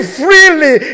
freely